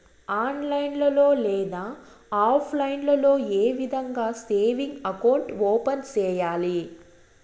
online లో లేదా offline లో ఏ విధంగా సేవింగ్ అకౌంట్ ఓపెన్ సేయాలి